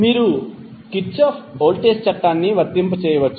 మీరు Kirchhoff voltage చట్టాన్ని వర్తింపజేయవచ్చు